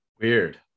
Weird